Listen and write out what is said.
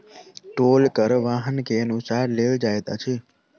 टोल कर वाहन के अनुसार लेल जाइत अछि